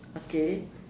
okay